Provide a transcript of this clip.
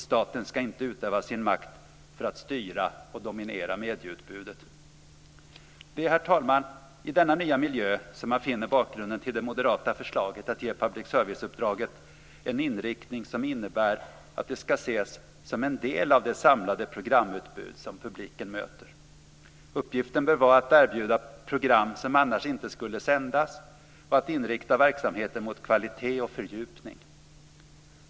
Staten ska inte utöva sin makt för att styra och dominera medieutbudet. Det är, herr talman, i denna nya miljö som man finner skälen till det moderata förslaget att ge public service-uppdraget en inriktning som innebär att det ska ses som en del av det samlade programutbud som publiken möter. Uppgiften bör vara att erbjuda program som annars inte skulle sändas och att inrikta verksamheten mot kvalitet och fördjupning.